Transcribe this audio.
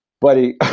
buddy